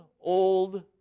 old